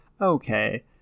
Okay